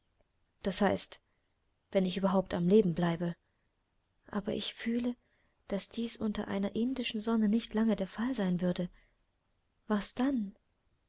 das heißt wenn ich überhaupt am leben bleibe aber ich fühle daß dies unter einer indischen sonne nicht lange der fall sein würde was dann